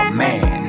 man